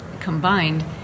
combined